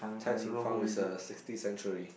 Cai Qing Fang is a sixty century